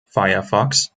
firefox